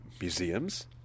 museums